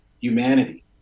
humanity